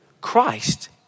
Christ